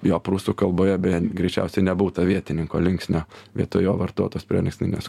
jo prūsų kalboje beje greičiausiai nebūta vietininko linksnio vietoj jo vartotos prielinksninės